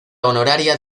honoraria